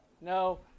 No